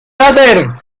láser